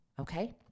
Okay